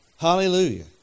Hallelujah